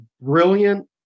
brilliant